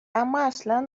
امااصلا